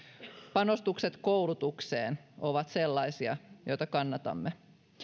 panostukset koulutukseen ovat sellaisia joita kannatamme